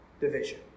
division